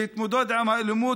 להתמודד עם האלימות,